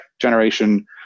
generation